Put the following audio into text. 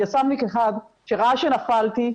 יס"מניק אחד שראה שנפלתי,